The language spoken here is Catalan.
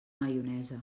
maionesa